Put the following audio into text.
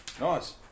Nice